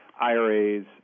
IRAs